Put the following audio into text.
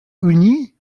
uni